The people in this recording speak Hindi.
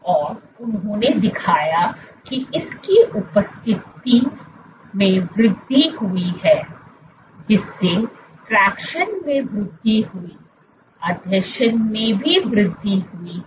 और उन्होंने दिखाया कि इसकी उपस्थिति में वृद्धि हुई है जिससे ट्रैक्शन में वृद्धि हुई आसंजन में भी वृद्धि हुई है